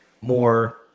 more